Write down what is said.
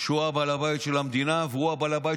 שהוא בעל הבית של המדינה והוא בעל הבית